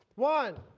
one.